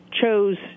chose